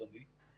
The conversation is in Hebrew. אדוני.